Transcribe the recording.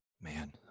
Man